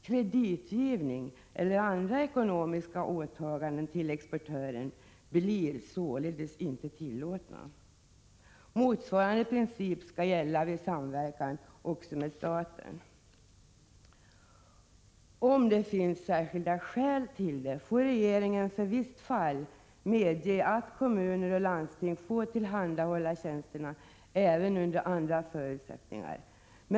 Kreditgivning eller andra ekonomiska åtaganden gentemot exportören blir således inte tillåtna. Motsvarande princip skall gälla vid samverkan med staten. Om det finns särskilda skäl till det, får regeringen för visst fall medge att kommunerna och landstingskommunerna får tillhandahålla tjänsterna även under andra förutsättningar.